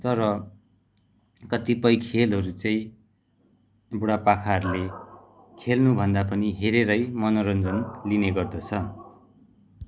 तर कतिपय खेलहरू चाहिँ बुढापाखाहरूले खेल्नुभन्दा पनि हेरेरै मनेरञ्जन लिने गर्दछ